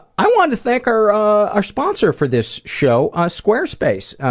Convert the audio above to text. i want to thank our ah our sponsor for this show, ah squarespace.